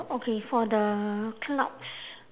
okay for the clouds